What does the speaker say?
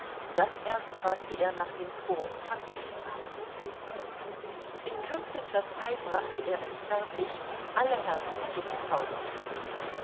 dann erst fragte er nach dem vor und familiennamen in kürzester zeit brachte er es fertig alle herzen zu bezaubern